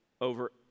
over